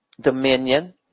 dominion